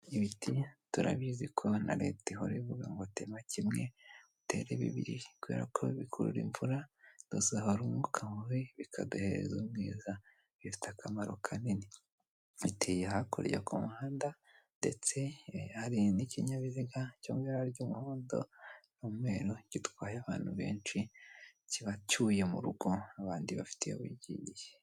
Ibiti turabizi ko na leta ihora ivuga ngo tema kimwe utere bibiri kubera ko bikurura imvura tuzabaru umwuka mubi bikaduhereza neza bifite akamaro kanini mfitiye hakurya muhanda ndetse hari n'ikinyabiziga cyora ry'umuhondo n'umweru gitwaye abantu benshi kibatuyuye mu rugo abandidi bafi iyo wigiye.